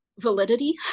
validity